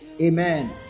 Amen